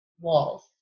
walls